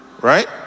right